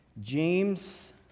James